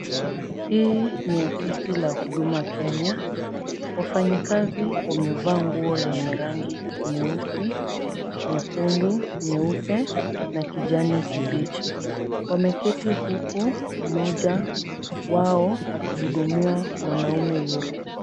Hii ni ofisi la huduma Kenya. Wafanyikazi wamevaa nguo lenye rangi nyeusi, nyekundu, nyeupe na kijani kibichi. Wameketi huku mmoja wao akihudumia mwanaume yule.